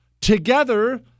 Together